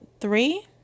three